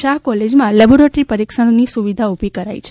શાહ કોલેજમાં લેબોરેટરી પરીક્ષણ સુવિધા ઉભી કરી છે